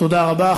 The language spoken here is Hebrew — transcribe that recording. תודה רבה.